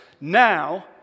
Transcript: now